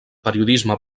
periodisme